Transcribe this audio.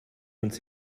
uns